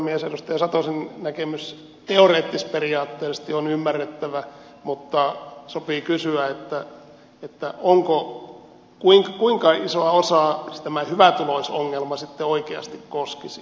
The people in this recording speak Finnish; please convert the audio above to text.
edustaja satosen näkemys teoreettis periaatteellisesti on ymmärrettävä mutta sopii kysyä kuinka isoa osaa tämä hyvätuloisongelma sitten oikeasti koskisi